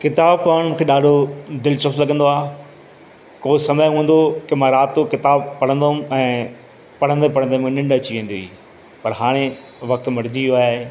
किताब पढ़णु मूंखे ॾाढो दिलचस्प लॻंदो आहे कोई समय हूंदो त मां राति किताब पढ़ंदमि ऐं पढ़ंदे पढ़ंदे निंड अची वेंदी पर हाणे वक़्ति मटिजी वियो आहे